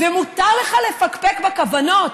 מותר לך לפקפק בכוונות,